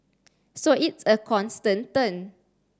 so it's a constant turn